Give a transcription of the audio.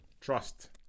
Trust